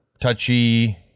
touchy